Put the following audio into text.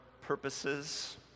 purposes